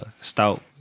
stout